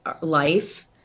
life